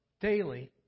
daily